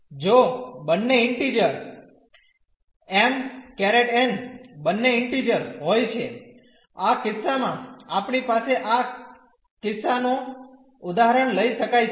જો બંને integer m ∧ n બંને ઇન્ટીઝર હોય છે આ કિસ્સામાં આપણી પાસે આ કિસ્સાનો ઉદાહરણ લઈ શકાય છે